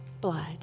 blood